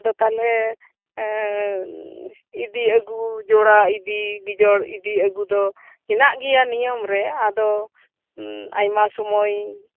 ᱟᱫᱚ ᱛᱟᱞᱦᱮ ᱤᱫᱤ ᱟᱜᱩ ᱡᱚᱲᱟ ᱤᱫᱤ ᱵᱤᱡᱚᱲ ᱤᱫᱤ ᱟᱜᱩ ᱫᱚ ᱦᱮᱱᱟᱜ ᱜᱮᱭᱟ ᱱᱤᱭᱚᱢ ᱨᱮ ᱟᱫᱚ ᱟᱭᱢᱟ ᱥᱩᱢᱚᱭ